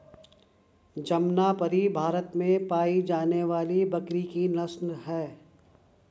जमनापरी भारत में पाई जाने वाली बकरी की नस्ल है